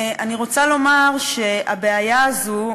אני רוצה לומר שהבעיה הזאת,